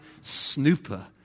snooper